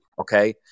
Okay